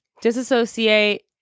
disassociate